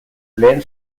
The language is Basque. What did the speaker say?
lehen